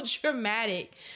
dramatic